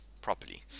properly